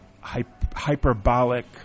hyperbolic